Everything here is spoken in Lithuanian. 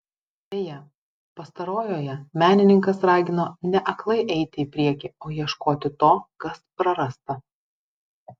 beje pastarojoje menininkas ragino ne aklai eiti į priekį o ieškoti to kas prarasta